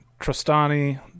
Trostani